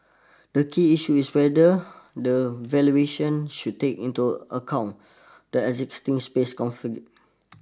the key issue is whether the valuation should take into account the existing space configure